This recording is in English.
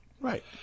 Right